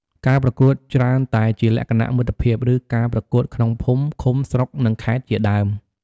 ការប្រកួតច្រើនតែជាលក្ខណៈមិត្តភាព ឬការប្រកួតក្នុងភូមិ ឃុំ ស្រុក និងខេត្តជាដើម។